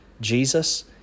Jesus